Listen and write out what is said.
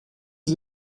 sie